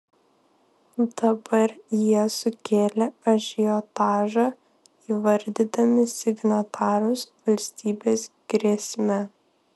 dabar jie sukėlė ažiotažą įvardydami signatarus valstybės grėsme